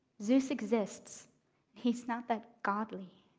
zeus exists he's not that godly.